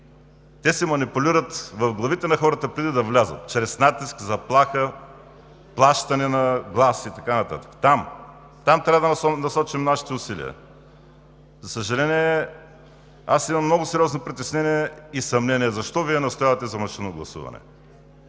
Те се манипулират в главите на хората преди да влязат – чрез натиск, заплаха, плащане на глас и така нататък. Там, там трябва да насочим нашите усилия. За съжаление, аз имам много сериозно притеснение и съмнение защо Вие настоявате за машинно гласуване?